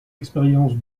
expérience